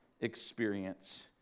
experience